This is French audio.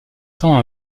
temps